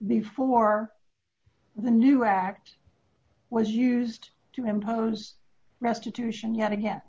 before the new act was used to impose restitution yet again